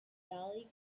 valley